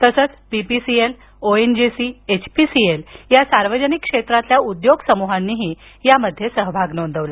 तसेच BPCL ONGC HPCL या सार्वजनिक क्षेत्रातील उद्योग समूहानीही या मध्ये सहभाग नोंदवला